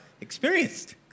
experienced